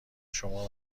شما